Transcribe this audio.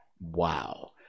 Wow